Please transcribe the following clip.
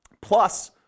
plus